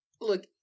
look